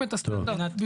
הוודאות התכנונית,